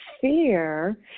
fear